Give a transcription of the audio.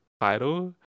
title